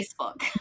Facebook